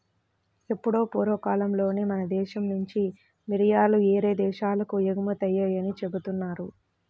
ఎప్పుడో పూర్వకాలంలోనే మన దేశం నుంచి మిరియాలు యేరే దేశాలకు ఎగుమతయ్యాయని జెబుతున్నారు